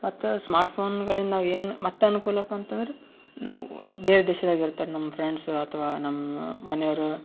ಮತ್ತು ಸ್ಮಾರ್ಟ್ ಫೋನ್ಗಳಿಂದ ನಾವು ಏನು ಮತ್ತು ಅನ್ಕೂಲಪ್ಪ ಅಂತಂದ್ರೆ ನಾವು ಬೇರೆ ದೇಶ್ದಾಗ ಇರ್ತಾರೆ ನಮ್ಮ ಫ್ರೆಂಡ್ಸು ಅಥವಾ ನಮ್ಮ ಮನೆಯೋರು